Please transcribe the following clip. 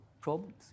problems